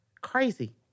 Crazy